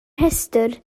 rhestr